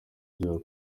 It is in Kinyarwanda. ibyo